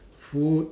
food